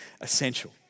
essential